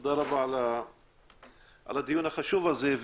תודה רבה על הדיון החשוב הזה.